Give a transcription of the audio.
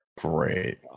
Great